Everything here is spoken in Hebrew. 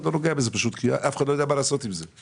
לא נוגע בזה כי אף אחד לא יודע מה לעשות עם זה.